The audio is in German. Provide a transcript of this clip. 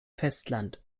festland